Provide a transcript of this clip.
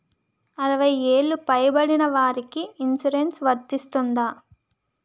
అరవై ఏళ్లు పై పడిన వారికి ఇన్సురెన్స్ వర్తిస్తుందా?